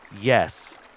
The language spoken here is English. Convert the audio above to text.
Yes